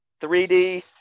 3D